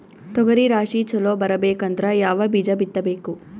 ತೊಗರಿ ರಾಶಿ ಚಲೋ ಬರಬೇಕಂದ್ರ ಯಾವ ಬೀಜ ಬಿತ್ತಬೇಕು?